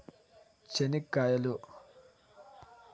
చెనిక్కాయలు